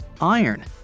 iron